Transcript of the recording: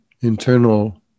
internal